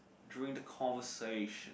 during the conversation